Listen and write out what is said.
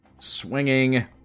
Swinging